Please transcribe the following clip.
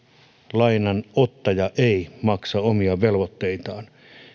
lainanottaja ei maksa omia velvoitteitaan